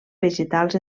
vegetals